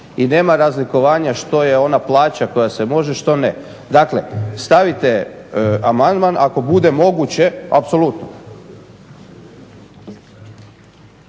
i nema razlikovanja što je ona plaća koja se može, što ne. Dakle stavite amandman, ako bude moguće apsolutno.